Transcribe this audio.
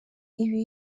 ibi